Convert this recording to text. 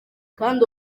kandi